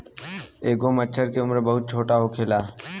एगो मछर के उम्र बहुत छोट होखेला